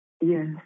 Yes